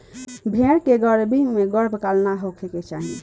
भेड़ के गर्मी में गर्भकाल ना होखे के चाही